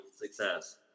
success